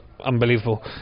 unbelievable